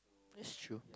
that's true